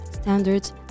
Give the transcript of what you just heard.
standards